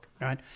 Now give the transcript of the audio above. right